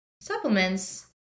supplements